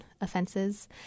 offenses